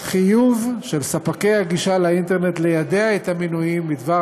חיוב של ספקי הגישה לאינטרנט ליידע את המנויים בדבר